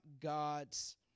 God's